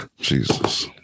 Jesus